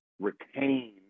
retain